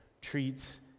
treats